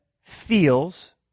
feels